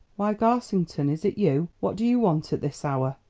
why, garsington, is it you? what do you want at this hour?